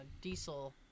diesel